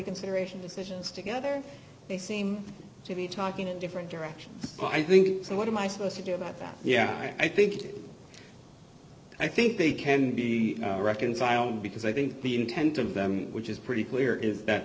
reconsideration decisions together they seem to be talking in different directions but i think so what am i supposed to do about that yeah i think i think they can be reconciled because i think the intent of them which is pretty clear is that